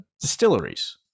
distilleries